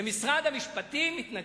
ומשרד המשפטים מתנגד.